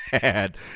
bad